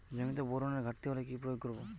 জমিতে বোরনের ঘাটতি হলে কি প্রয়োগ করব?